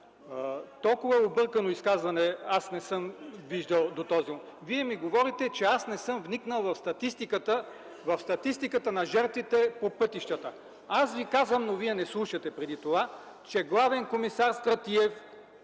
Толкова объркано изказване не съм чувал до този момент. Вие ми говорите, че аз не съм вникнал в статистиката на жертвите по пътищата. Аз Ви казах преди това, но Вие не слушате, че главен комисар Стратиев